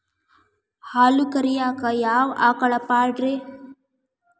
ಹಾಲು ಕರಿಯಾಕ ಯಾವ ಆಕಳ ಪಾಡ್ರೇ?